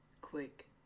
quick